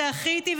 ברוך השם זכיתי,